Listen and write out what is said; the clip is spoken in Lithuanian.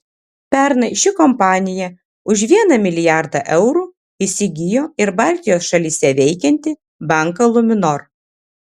pernai ši kompanija už vieną milijardą eurų įsigijo ir baltijos šalyse veikiantį banką luminor